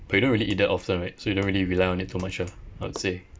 but you don't really eat that often right so you don't really rely on it too much ah I'd say